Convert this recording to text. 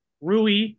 Rui